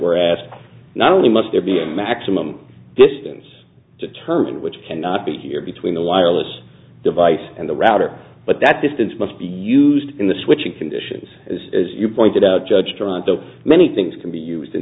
were asked not only must there be a maximum distance determine which cannot be here between the wireless device and the router but that distance must be used in the switching conditions as you pointed out judge toronto many things can be used in